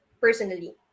personally